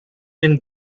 and